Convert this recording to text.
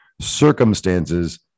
circumstances